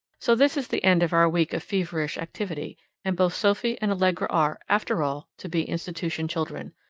so this is the end of our week of feverish activity and both sophie and allegra are, after all, to be institution children.